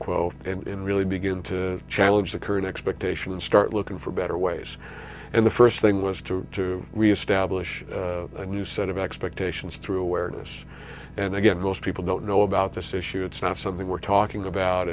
quo and really begin to challenge the current expectation and start looking for better ways and the first thing was to to reestablish a new set of expectations through awareness and again most people don't know about this issue it's not something we're talking about